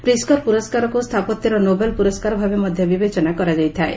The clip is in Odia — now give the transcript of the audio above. ପ୍ରିଜ୍କର ପୁରସ୍କାରକୁ ସ୍ଥାପତ୍ୟର ନୋବେଲ୍ ପୁରସ୍କାର ଭାବେ ମଧ୍ୟ ବିବେଚନା କରାଯାଇଥାଏ